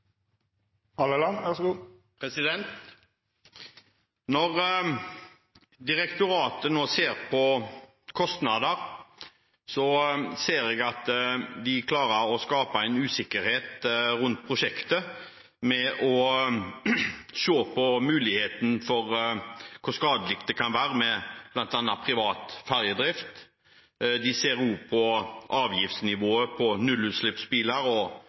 Når direktoratet nå ser på kostnader, ser jeg at de klarer å skape en usikkerhet rundt prosjektet ved å se på muligheten for hvor skadelig det kan være med bl.a. privat ferjedrift. De ser også på avgiftsnivået for nullutslippsbiler og